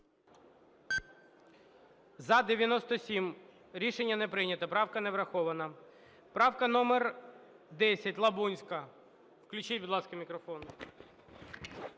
За-97 Рішення не прийнято. Правка не врахована. Правка номер 10, Лабунська. Включіть, будь ласка, мікрофон.